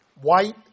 White